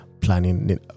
planning